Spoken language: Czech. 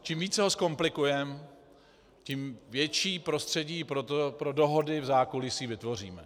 Čím více ho zkomplikujeme, tím větší prostředí pro dohody v zákulisí vytvoříme.